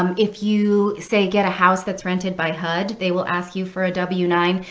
um if you say get a house that's rented by hud, they will ask you for a w nine.